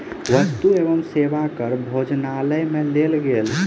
वस्तु एवं सेवा कर भोजनालय में लेल गेल